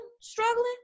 struggling